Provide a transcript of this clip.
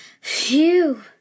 Phew